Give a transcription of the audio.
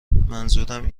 منظورم